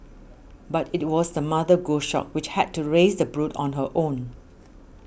but it was the mother goshawk which had to raise the brood on her own